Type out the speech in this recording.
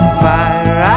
fire